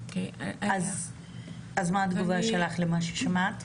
אז מה התגובה שלך למה ששמעת?